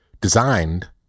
designed